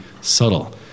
subtle